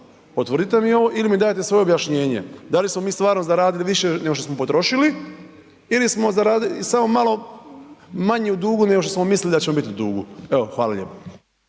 potvrdite mi ovo ili mi dajte svoje objašnjenje? Da li smo mi stvarno zaradili više nego što smo potrošili ili smo samo malo manje u dugu nego što smo mislili da ćemo biti u dugu? Evo hvala lijepo.